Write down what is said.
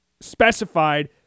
specified